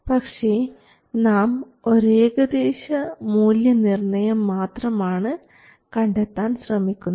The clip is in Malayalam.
പക്ഷേ നാം ഒരേകദേശ മൂല്യനിർണയം മാത്രമാണ് കണ്ടെത്താൻ ശ്രമിക്കുന്നത്